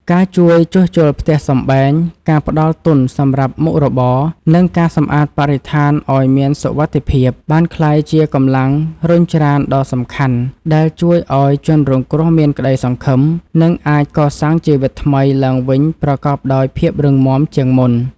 ការជួយជួសជុលផ្ទះសម្បែង ការផ្ដល់ទុនសម្រាប់មុខរបរ និងការសម្អាតបរិស្ថានឱ្យមានសុវត្ថិភាព បានក្លាយជាកម្លាំងរុញច្រានដ៏សំខាន់ដែលជួយឱ្យជនរងគ្រោះមានក្ដីសង្ឃឹម និងអាចកសាងជីវិតថ្មីឡើងវិញប្រកបដោយភាពរឹងមាំជាងមុន។